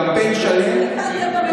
קמפיין שלם,